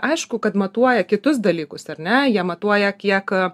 aišku kad matuoja kitus dalykus ar ne jie matuoja kiek